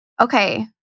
Okay